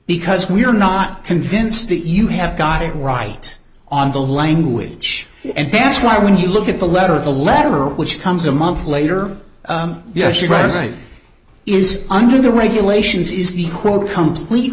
because we're not convinced that you have got it right on the language and that's why when you look at the letter the letter which comes a month later yes she writes it is under the regulations is the quote complete